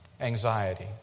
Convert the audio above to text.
Anxiety